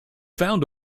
found